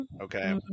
okay